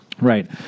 Right